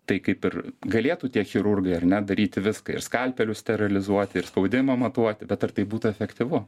tai kaip ir galėtų tie chirurgai ar ne daryti viską ir skalpelius sterilizuoti ir spaudimą matuoti bet ar tai būtų efektyvu